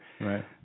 right